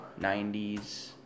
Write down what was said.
90s